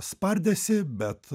spardėsi bet